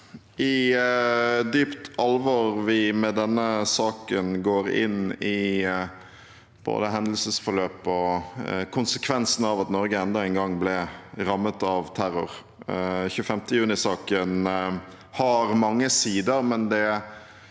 i dypt al- vor vi med denne saken går inn i både hendelsesforløpet og konsekvensene av at Norge enda en gang ble rammet av terror. 25. juni-saken har mange sider,